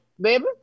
baby